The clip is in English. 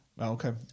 okay